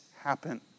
happen